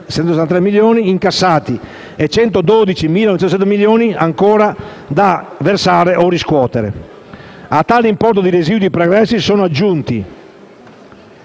incassati e 112.907 milioni ancora da versare o riscuotere. A tale importo di residui pregressi si sono aggiunti